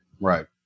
Right